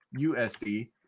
USD